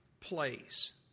place